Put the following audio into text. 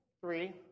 three